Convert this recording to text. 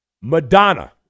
Madonna